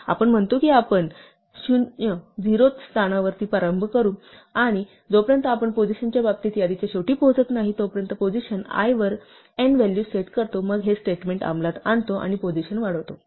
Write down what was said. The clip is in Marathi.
आपण म्हणतो की आपण 0 व्या स्थानावर प्रारंभ करतो आणि जोपर्यंत आपण पोझिशन्सच्या बाबतीत यादीच्या शेवटी पोहोचत नाही तोपर्यंत पोझिशन i वर n व्हॅल्यू सेट करतो मग हे स्टेटमेंट अंमलात आणतो आणि पोझिशन वाढवतो